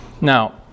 Now